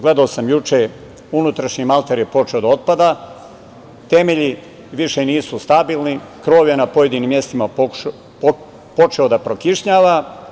Gledao sam juče i unutrašnji malter je počeo da otpada, temelji više nisu stabilni, krov je na pojedinim mestima počeo da prokišnjava.